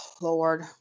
Lord